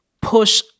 push